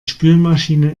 spülmaschine